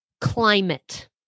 climate